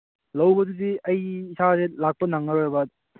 ꯂꯧꯕꯗꯨꯗꯤ ꯑꯩ ꯏꯁꯥꯁꯦ ꯂꯥꯛꯄ ꯅꯪꯉꯔꯣꯏꯕ